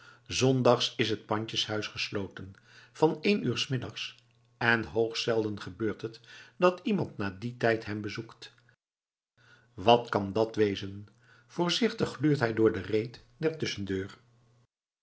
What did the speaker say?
zondags is het pandjeshuis gesloten van één uur s middags en hoogst zelden gebeurt het dat iemand na dien tijd hem bezoekt wat kan dat wezen voorzichtig gluurt hij door de reet der tusschendeur